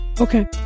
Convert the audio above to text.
Okay